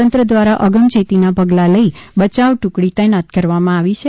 તંત્ર દ્વારા અગમચેતીના પગલાં લઇ બચાવ ટુકડી તૈનાત કરવામાં આવી છે